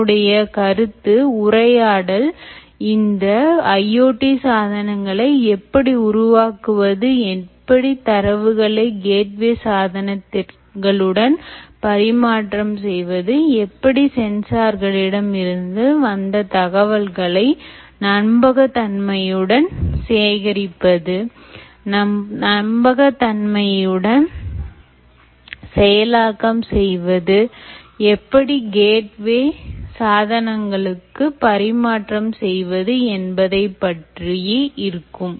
நம்முடைய கருத்து உரையாடல் இந்த IoT சாதனங்களை எப்படி உருவாக்குவது எப்படி தரவுகளை கேட்வே சாதனங்களுடன் பரிமாற்றம் செய்வது எப்படி சென்சார்களிடம் இருந்து வந்த தகவல்களை நம்பகத்தன்மையுடன் சேகரிப்பது நம் நம்பகத்தன்மையுடன் செயலாக்கம் செய்வது எப்படி கேட்வே சாதனங்களுக்கு பரிமாற்றம் செய்வது என்பதைப் பற்றி இருக்கும்